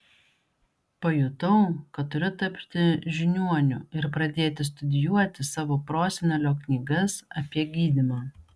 pajutau kad turiu tapti žiniuoniu ir pradėti studijuoti savo prosenelio knygas apie gydymą